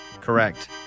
Correct